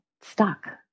stuck